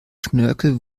schnörkel